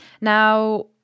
Now